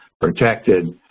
protected